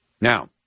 Now